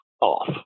off